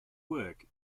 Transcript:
work